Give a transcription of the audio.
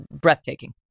breathtaking